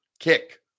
kick